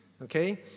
okay